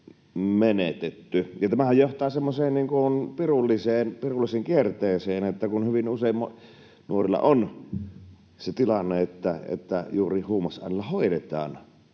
tämähän johtaa semmoiseen pirulliseen kierteeseen, kun hyvin usein nuorilla on se tilanne, että juuri huumausaineella hoidetaan